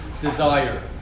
desire